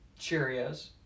Cheerios